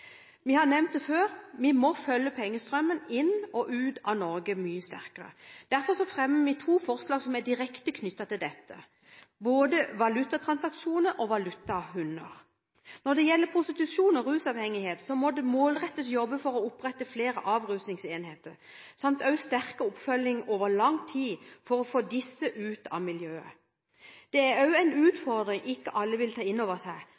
Vi har nevnt det før, vi må følge pengestrømmen inn og ut av Norge mye sterkere. Derfor fremmer vi to forslag som er direkte knyttet til dette, både om valutatransaksjoner og om valutahunder. Når det gjelder prostitusjon og rusavhengighet, må det målrettet jobbes for å opprette flere avrusningsenheter. I tillegg må man ha sterk oppfølging over lang tid for å få folk ut av miljøet. Det er også en utfordring ikke alle vil ta inn over seg